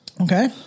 Okay